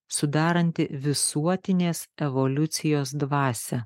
sudaranti visuotinės evoliucijos dvasią